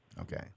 Okay